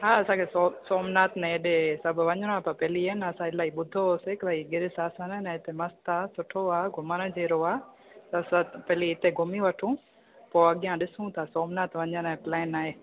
हा असांखे सो सोमनाथु में हेॾे सभु वञणो हुओ त पहिली ईअं न असां इलाही ॿुधो हुओसीं की भई गिर सासन न इते मस्तु आहे सुठो आहे घुमणु जहिड़ो आहे त सभु पहली इते घुमी वठूं पोइ अॻियां ॾिसूं था सोमनाथु वञण जो प्लान आहे